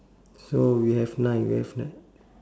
so we have nine we have nine